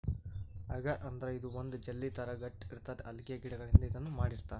ಅಗರ್ ಅಂದ್ರ ಇದು ಒಂದ್ ಜೆಲ್ಲಿ ಥರಾ ಗಟ್ಟ್ ಇರ್ತದ್ ಅಲ್ಗೆ ಗಿಡಗಳಿಂದ್ ಇದನ್ನ್ ಮಾಡಿರ್ತರ್